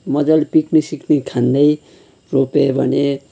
मजाले पिकनिक सिकनिक खाँदै रोप्यो भने